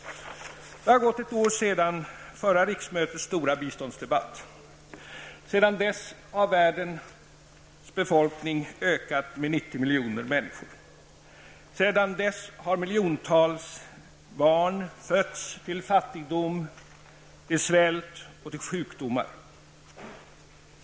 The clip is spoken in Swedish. Det har gått ett år sedan förra riksmötets stora biståndsdebatt. Sedan dess har världens befolkning ökat med 90 miljoner människor. Sedan dess har miljontals barn fötts till fattigdom, svält och sjukdomar.